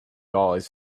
always